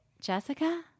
jessica